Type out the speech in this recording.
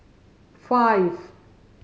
five